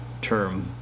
term